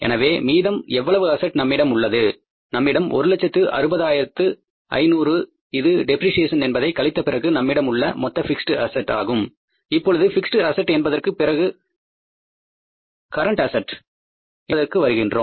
எனவே மீதம் எவ்வளவு அசட் நம்மிடம் உள்ளது நம்மிடம் ஒரு லட்சத்து 60 ஆயிரத்து 500 இது டெப்ரிசியேஷன் என்பதை கழித்தபிறகு நம்மிடம் உள்ள மொத்த பிக்ஸ்ட் அஸெட்ஸ் ஆகும் இப்பொழுது பிக்ஸ்ட் அஸெட்ஸ் என்பதற்கு பிறகு கரண்ட் அஸ்ஸட்ஸ் என்பதற்கு வருகின்றோம்